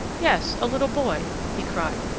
yes, a little boy he cried.